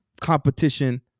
competition